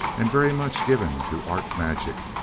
and very much given to art magic.